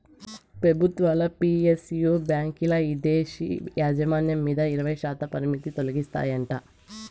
పెబుత్వాలు పి.ఎస్.యు బాంకీల్ల ఇదేశీ యాజమాన్యం మీద ఇరవైశాతం పరిమితి తొలగిస్తాయంట